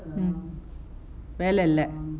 mm வேலை இல்ல:velai illa